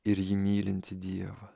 ir jį mylintį dievą